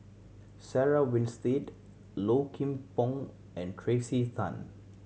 Sarah Winstedt Low Kim Pong and Tracey Tan